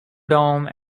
dome